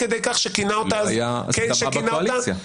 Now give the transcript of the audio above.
כי לא הייתה הסכמה בקואליציה.